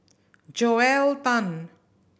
Joel Tan